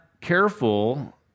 careful